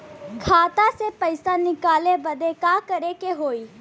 खाता से पैसा निकाले बदे का करे के होई?